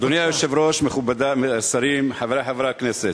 אדוני היושב ראש, מכובדי השרים, חברי חברי הכנסת,